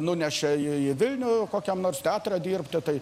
nunešė į vilnių kokiam nors teatrą dirbti tai